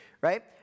right